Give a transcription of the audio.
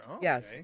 Yes